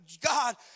God